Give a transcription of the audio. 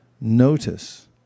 Notice